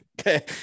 Okay